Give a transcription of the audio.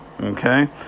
okay